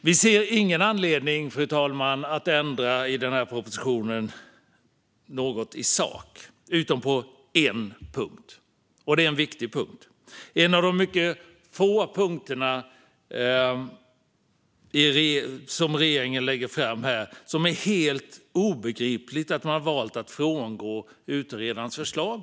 Vi ser ingen anledning att ändra något i sak i den här propositionen, fru talman, utom på en punkt. Det är en viktig punkt, och det är en av mycket få punkter som regeringen lägger fram där det är helt obegripligt att man har valt att frångå utredarens förslag.